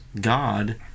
God